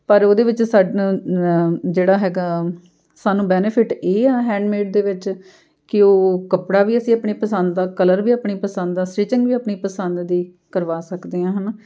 ਪਰ ਉਹਦੇ ਵਿੱਚ ਸਾਡੇ ਜਿਹੜਾ ਹੈਗਾ ਸਾਨੂੰ ਬੈਨੀਫਿਟ ਇਹ ਆ ਹੈਂਡਮੇਡ ਦੇ ਵਿੱਚ ਕਿ ਉਹ ਕੱਪੜਾ ਵੀ ਅਸੀਂ ਆਪਣੇ ਪਸੰਦ ਦਾ ਕਲਰ ਵੀ ਆਪਣੀ ਪਸੰਦ ਦਾ ਸਟੀਚਿੰਗ ਵੀ ਆਪਣੀ ਪਸੰਦ ਦੀ ਕਰਵਾ ਸਕਦੇ ਹਾਂ ਹੈ ਨਾ